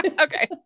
Okay